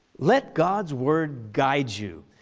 let god's word guide you,